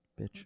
bitch